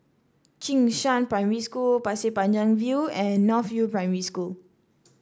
Jing Shan Primary School Pasir Panjang View and North View Primary School